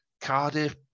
Cardiff